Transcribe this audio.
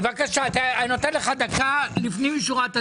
בבקשה, אני נותן לך דקה לפנים משורת הדין.